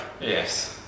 Yes